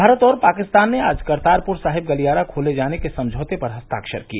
भारत और पाकिस्तान ने आज करतारपुर साहिब गलियारा खोले जाने के समझौते पर हस्ताक्षर किए